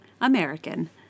American